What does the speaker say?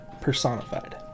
personified